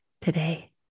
today